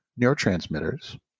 neurotransmitters